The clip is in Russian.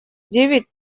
девять